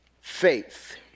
faith